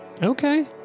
okay